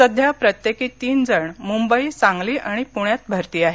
सध्या प्रत्येकी तीन जण मुंबई सांगली आणि पुण्यात भरती आहेत